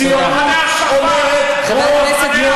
שמושך לאותה תהום